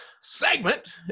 segment